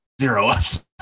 zero-ups